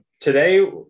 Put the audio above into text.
Today